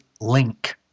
Link